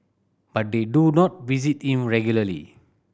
but they do not visit him regularly